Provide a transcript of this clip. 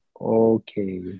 Okay